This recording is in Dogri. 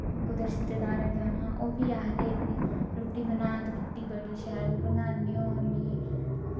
कुदै रिश्तेदारै दे जडाना ओह्बी आखदे रुट्टी बना तू रुट्टी बड़ी शैल बनान्नी होन्नी